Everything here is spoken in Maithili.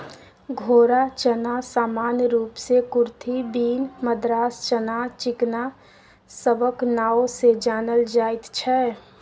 घोड़ा चना सामान्य रूप सँ कुरथी, बीन, मद्रास चना, चिकना सबक नाओ सँ जानल जाइत छै